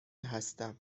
هستم